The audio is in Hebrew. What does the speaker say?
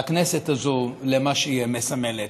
לכנסת הזאת, למה שהיא מסמלת.